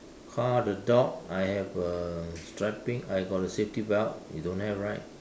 car the dock I have a strap it I got a safety belt you don't have right